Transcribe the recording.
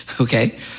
Okay